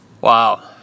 Wow